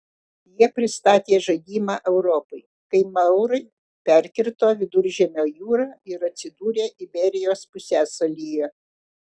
jie pristatė žaidimą europai kai maurai perkirto viduržemio jūrą ir atsidūrė iberijos pusiasalyje